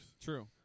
True